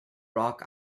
rock